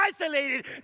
isolated